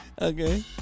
okay